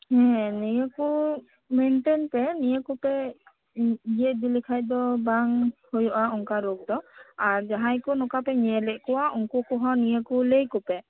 ᱱᱤᱭᱟ ᱠᱚ ᱢᱮᱱᱴᱮᱱ ᱯᱮ ᱱᱤᱭᱟᱹ ᱠᱚᱯᱮ ᱤᱭᱟᱹ ᱤᱫᱤ ᱞᱮᱠᱷᱟᱡ ᱫᱚ ᱵᱟᱝ ᱦᱩᱭᱩᱜᱼᱟ ᱚᱱᱠᱟ ᱨᱳᱜ ᱫᱚ ᱟᱨ ᱡᱟᱦᱟᱭ ᱠᱚ ᱱᱚᱝᱠᱟ ᱯᱮ ᱧᱮᱞᱮᱫ ᱠᱚᱣᱟ ᱩᱱᱠᱩ ᱠᱚᱦᱚᱸ ᱱᱤᱭᱟᱹ ᱠᱩ ᱞᱟᱹᱭ ᱟᱠᱩᱯᱮ